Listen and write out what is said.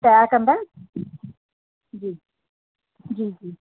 तयारु कंदा जी जी जी